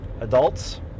adults